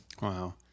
Wow